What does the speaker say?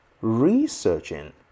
Researching